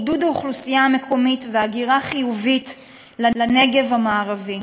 עידוד האוכלוסייה המקומית והגירה חיובית לנגב המערבי.